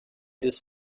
des